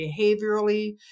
behaviorally